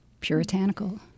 puritanical